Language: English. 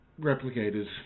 replicators